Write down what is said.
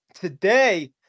today